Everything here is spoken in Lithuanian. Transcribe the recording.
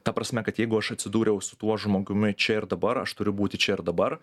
ta prasme kad jeigu aš atsidūriau su tuo žmogumi čia ir dabar aš turiu būti čia ir dabar